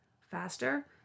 faster